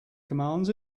commands